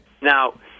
Now